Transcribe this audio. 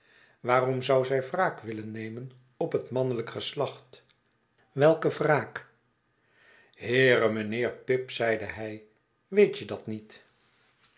waarom zou zij wraak willen nemen op het mannelijke geslacht welke wraak heere mijnheer pip zeide hij weet je dat niet